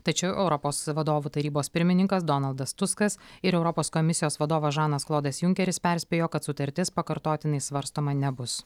tačiau europos vadovų tarybos pirmininkas donaldas tuskas ir europos komisijos vadovas žanas klodas junkeris perspėjo kad sutartis pakartotinai svarstoma nebus